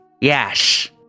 Yes